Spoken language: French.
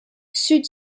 sud